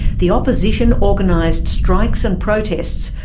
the opposition organised strikes and protests,